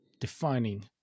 defining